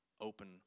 Open